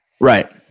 Right